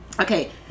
Okay